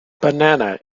banana